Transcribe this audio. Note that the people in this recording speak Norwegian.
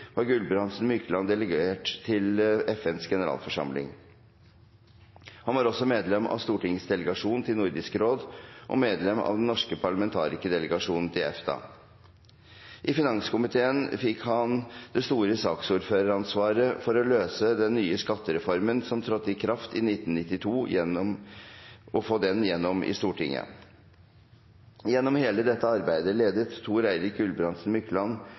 var Gulbrandsen Mykland delegat til FNs generalforsamling. Han var også medlem av Stortingets delegasjon til Nordisk råd og medlem av den norske parlamentarikerdelegasjonen til EFTA. I finanskomiteen fikk han det store saksordføreransvaret for å lose den nye skattereformen som trådte i kraft i 1992, igjennom i Stortinget. Gjennom hele dette arbeidet ledet Thor-Eirik Gulbrandsen Mykland